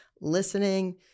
listening